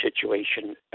situation